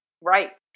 Right